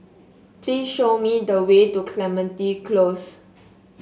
please show me the way to Clementi Close